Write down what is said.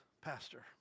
pastor